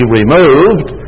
removed